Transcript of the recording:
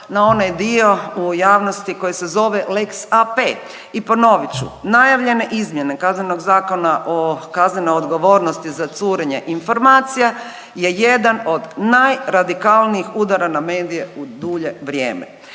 na onaj dio u javnosti koji se zove lex AP i ponovit ću najavljene izmjene Kaznenog zakona o kaznenoj odgovornosti za curenje informacija je jedan od najradikalnijih udara na medije u dulje vrijeme.